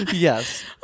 Yes